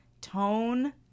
tone